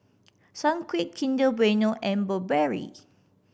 Sunquick Kinder Bueno and Burberry